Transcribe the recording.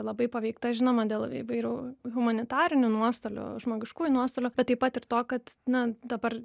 labai paveikta žinoma dėl įvairių humanitarinių nuostolių žmogiškųjų nuostolių taip pat ir to kad na dabar